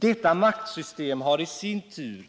Detta maktsystem har i sin tur